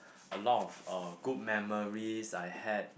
a lot of uh good memories I had